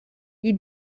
you